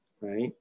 right